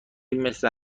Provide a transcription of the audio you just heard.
مثل